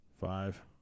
Five